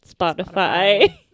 Spotify